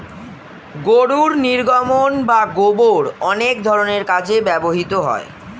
গরুর নির্গমন বা গোবর অনেক ধরনের কাজে ব্যবহৃত হয়